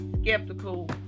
skeptical